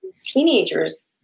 teenagers